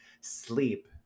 sleep